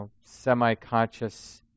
semi-conscious